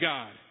God